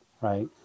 right